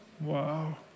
Wow